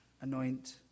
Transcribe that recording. anoint